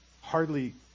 Hardly